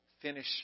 finish